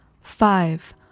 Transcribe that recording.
Five